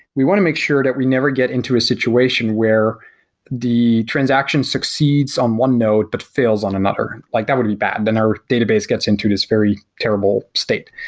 we want to make sure that we never get into a situation where the transaction succeeds on one node, but fails on another. like that would be bad, then our database gets into this very terrible state.